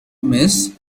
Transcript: miss